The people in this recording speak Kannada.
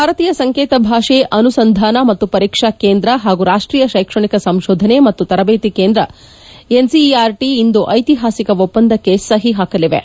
ಭಾರತೀಯ ಸಂಕೇತ ಭಾಷೆ ಅನುಸಂಧಾನ ಮತ್ತು ಪರೀಕ್ಷಾ ಕೇಂದ್ರ ಹಾಗೂ ರಾಷ್ಷೀಯ ಶೈಕ್ಷಣಿಕ ಸಂಶೋಧನೆ ಮತ್ತು ತರಬೇತಿ ಕೇಂದ್ರ ಎನ್ಸಿಇಆರ್ಟಿ ಇಂದು ಐತಿಹಾಸಿಕ ಒಪ್ಪಂದಕ್ಕೆ ಸಹಿ ಹಾಕಲಿವೆ